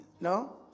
No